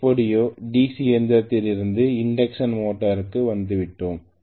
எப்படியோ டிசி இயந்திரத்திலிருந்து இண்டக்க்ஷன் மோட்டருக்கு வந்துவிட்டோம்